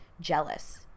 jealous